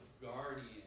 guardian